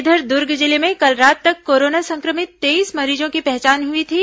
इधर दुर्ग जिले में कल रात तक कोरोना संक्रमित तेईस मरीजों की पहचान हुई थी